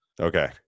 Okay